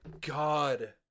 god